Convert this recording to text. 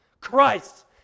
Christ